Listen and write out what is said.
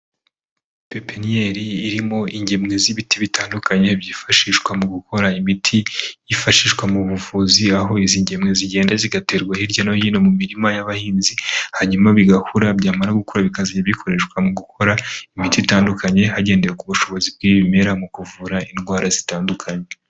Pepeniyeri irimo ingemwe z'ibiti bitandukanye byifashishwa mu gukora imiti yifashishwa mu buvuzi, aho izi ngemwe zigenda zigaterwa hirya no hino mu mirima y'abahinzi, hanyuma bigakura byamara gukura bikazajya bikoreshwa mu gukora imiti itandukanye hagendewe ku bushobozi bw'ibimera mu kuvura indwara zitandukanye.